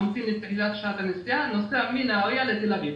ממתין לתחילת שעת הנסיעה ונוסע מנהריה לתל אביב.